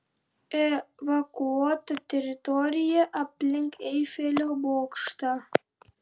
evakuota teritorija aplink eifelio bokštą